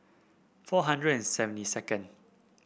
four hundred and seventy second